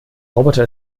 roboter